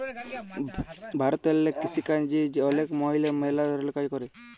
ভারতেল্লে কিসিকাজে অলেক মহিলারা ম্যালা ধরলের কাজ ক্যরে